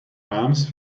arms